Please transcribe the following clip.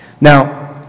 Now